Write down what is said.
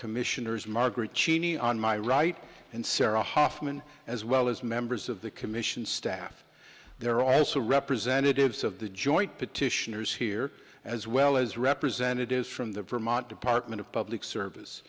commissioners margaret cine on my right and sarah huffman as well as members of the commission staff there also representatives of the joint petitioners here as well as representatives from the vermont department of public service